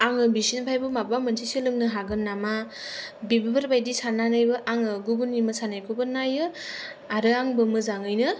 आङो बिसोरनिफ्रायबो माबा मोनसे सोलोंनो हागोन नामा बेफोरबादि साननानैबो आङो गुबुननि मोसानायखौबो नायो आरो आंबो मोजाङैनो